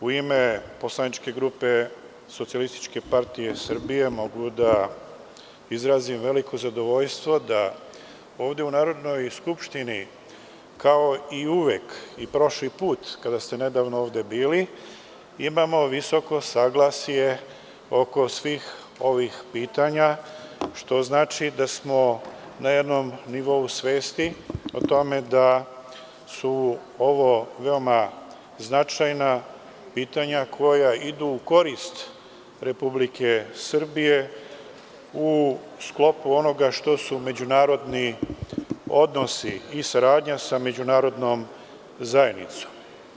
U ime poslaničke grupe SPS mogu da izrazim veliko zadovoljstvo da ovde u Narodnoj skupštini, kao i uvek, i prošli put kada ste nedavno ovde bili, imamo visoko saglasje oko svih ovih pitanja, što znači da smo na jednom nivou svesti o tome da su ovo veoma značajna pitanja koja idu u korist Republike Srbije, u sklopu onoga što su međunarodni odnosi i saradnja sa međunarodnom zajednicom.